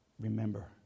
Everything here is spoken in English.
remember